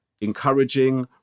encouraging